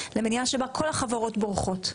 למדינה שבה כל החברות בורחות.